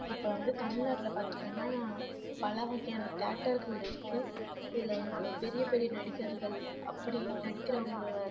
இப்போ வந்து தமிழ்நாட்டில் பார்த்தீங்கன்னா பலவகையான தேட்டர்கள் இருக்குது இதில் வந்து பெரிய பெரிய நடிகர்கள் அப்படி நடிக்கிறவங்க